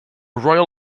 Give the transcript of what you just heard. royal